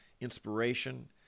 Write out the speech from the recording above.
inspiration